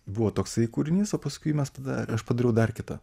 buvo toksai kūrinys o paskui mes tada aš padariau dar kita